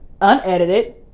unedited